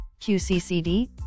QCCD